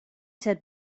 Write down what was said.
said